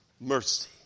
mercy